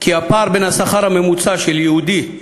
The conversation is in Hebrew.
כי הפער בין השכר הממוצע של יהודי